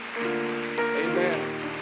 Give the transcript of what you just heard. Amen